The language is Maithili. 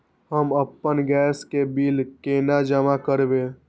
हम आपन गैस के बिल केना जमा करबे?